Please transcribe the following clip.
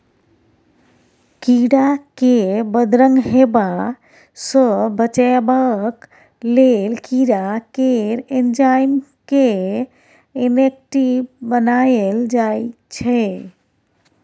कीरा केँ बदरंग हेबा सँ बचेबाक लेल कीरा केर एंजाइम केँ इनेक्टिब बनाएल जाइ छै